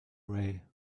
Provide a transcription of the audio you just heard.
ray